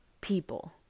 people